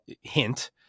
hint